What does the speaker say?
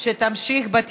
מה אתה מציע?